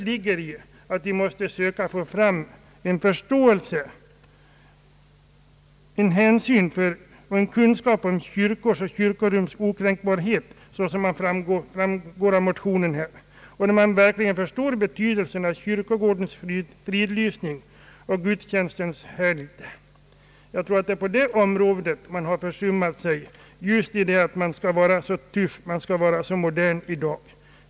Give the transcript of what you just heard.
Det gäller att åstadkomma hänsyn och ge kunskaper om kyrkors och kyrkorums okränkbarhet. Människor måste förstå betydelsen av kyrkogårdens fridlysning och gudstjänstens helgd. Jag tror att bristen på det området beror på att man skall vara så tuff och modern i dag.